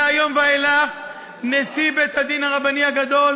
מהיום ואילך נשיא בית-הדין הרבני הגדול